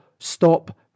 Stop